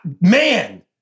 man